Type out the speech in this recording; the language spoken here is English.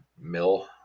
mill